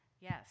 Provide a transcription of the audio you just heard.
yes